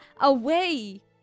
away